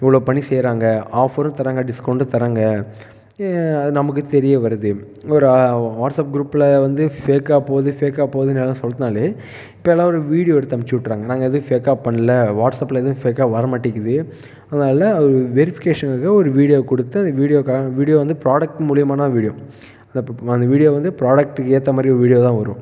இவ்வளோ பண்ணி செய்கிறாங்க ஆஃப்பரும் தர்றாங்க டிஸ்கவுண்டும் தர்றாங்க நமக்கு தெரிய வருது ஒரு வாட்ஸ்சப் குரூப்பில் வந்து ஃபேக்காக போகுது ஃபேக்காக போகுதுன்னு யாராவது சொன்னாலே இப்போலாம் ஒரு வீடியோ எடுத்து அனுப்பிச்சி விட்டுறாங்க நாங்கள் எதுவும் ஃபேக்காக பண்ணல வாட்ஸ்அப்பில் எதுவும் ஃபேக்காக வரமாட்டேங்குது அதனால் வெரிஃபிகேஷனுக்கு ஒரு வீடியோ கொடுத்து அந்த வீடியோவுக்காக அந்த வீடியோ வந்து ப்ராடெக்ட் மூலிமான வீடியோ அங்கே அந்த வீடியோ வந்து ப்ராடெக்ட்டுக்கு ஏற்ற மாதிரி ஒரு வீடியோ தான் வரும்